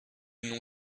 nom